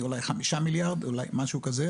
היום הקרן היא אולי 5 מיליארד משהו כזה,